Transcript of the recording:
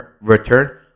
return